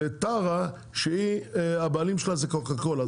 וטרה, שהיא הבעלים שלה זה קוקה-קולה.